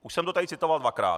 Už jsem to tady citoval dvakrát.